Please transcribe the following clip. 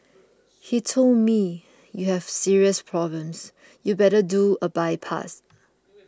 he told me you have serious problems you better do a bypass